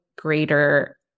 greater